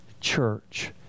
church